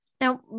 Now